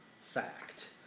fact